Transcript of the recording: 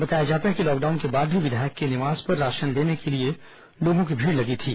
बताया जाता है कि लॉकडाउन के बाद भी विधायक के निवास पर राशन लेने लोगों की भीड़ लगी थी